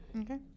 Okay